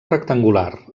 rectangular